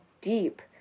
deep